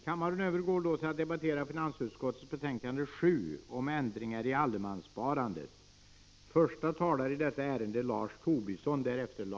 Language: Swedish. Kammaren övergår nu till att debattera socialförsäkringsutskottets betänkande 7 om invandring m.m.